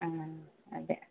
ആ അതെ